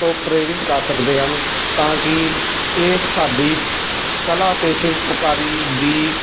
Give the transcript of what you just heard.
ਤੋਂ ਪ੍ਰੇਰਿਤ ਕਰ ਸਕਦੇ ਹਨ ਤਾਂ ਕਿ ਇਹ ਸਾਡੀ ਕਲਾ ਅਤੇ ਸ਼ਿਲਪਕਾਰੀ ਦੀ